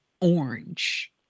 orange